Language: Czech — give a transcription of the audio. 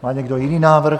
Má někdo jiný návrh?